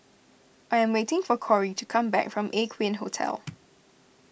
I am waiting for Corey to come back from Aqueen Hotel